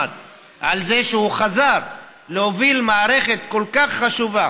על זה שהוא חזר להוביל מערכת כל כך חשובה,